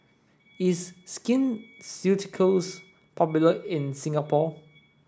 is Skin Ceuticals popular in Singapore